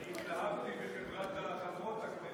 אני התלהבתי מחברת חברות הכנסת.